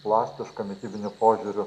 plastiška mitybiniu požiūriu